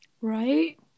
right